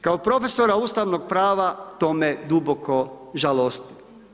Kao profesora ustavnog prava, to me duboko žalosti.